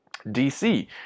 DC